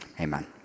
amen